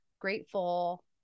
grateful